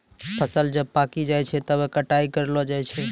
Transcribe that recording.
फसल जब पाक्की जाय छै तबै कटाई करलो जाय छै